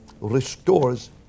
restores